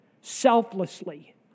selflessly